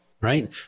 right